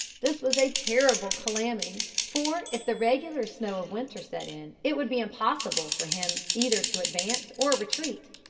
this was a terrible calamity, for, if the regular snow of winter set in, it would be impossible for him either to advance or retreat.